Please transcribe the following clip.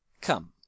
Come